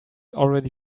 already